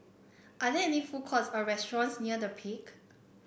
are there food courts or restaurants near The Peak